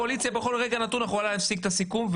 רגע, מתי יהיו דברי הסיכום?